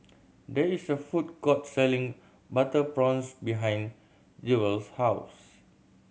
there is a food court selling butter prawns behind Jewel's house